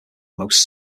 most